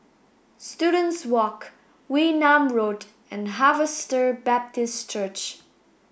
Students Walk Wee Nam Road and Harvester Baptist Church